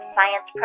Science